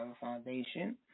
foundation